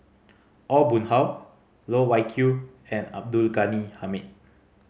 Aw Boon Haw Loh Wai Kiew and Abdul Ghani Hamid